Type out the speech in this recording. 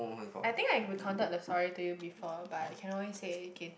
I think I recounted the story to you before but I can always say it again